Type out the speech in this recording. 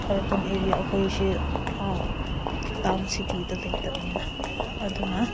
urban area ꯑꯩꯈꯣꯏꯁꯤ town ꯁꯤꯇꯤꯗ ꯂꯩꯇꯕꯅꯤꯅ ꯑꯗꯨꯅ